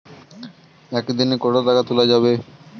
একদিন এ কতো টাকা তুলা যাবে?